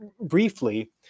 briefly